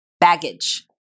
baggage